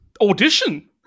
audition